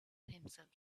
himself